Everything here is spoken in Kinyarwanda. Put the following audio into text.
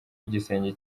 igisenge